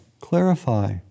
clarify